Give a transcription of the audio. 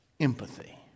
empathy